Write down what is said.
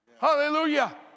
hallelujah